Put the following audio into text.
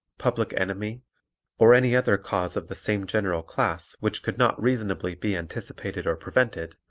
public enemy or any other cause of the same general class which could not reasonably be anticipated or prevented,